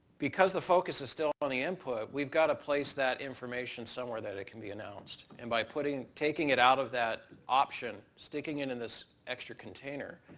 because the focus is still on the input we've got to place that information somewhere that it can be announced. and by taking it out of that option, sticking it in this extra container,